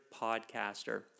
podcaster